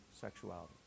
sexuality